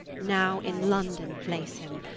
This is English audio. now in london place him.